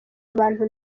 abantu